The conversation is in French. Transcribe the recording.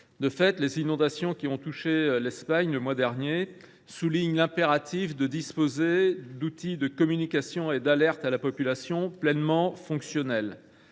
De fait, les inondations qui ont touché l’Espagne le mois dernier mettent en lumière l’impératif de disposer d’outils de communication et d’alerte à la population pleinement fonctionnels.